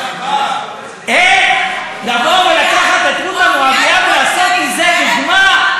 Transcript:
איך לבוא ולקחת את רות המואבייה ולעשות מזה דוגמה,